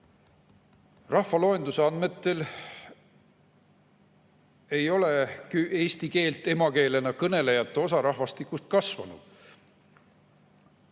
Rahvaloenduse andmetel ei ole eesti keelt emakeelena kõnelejate osa rahvastikus kasvanud.